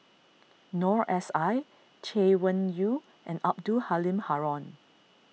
Noor S I Chay Weng Yew and Abdul Halim Haron